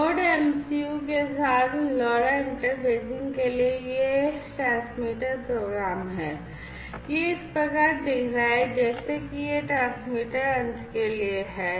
Node MCU के साथ LoRa interfacing के लिए यह यह ट्रांसमीटर प्रोग्राम है यह इस प्रकार दिख रहा है जैसे कि यह ट्रांसमीटर अंत के लिए है